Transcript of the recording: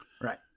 Right